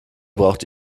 braucht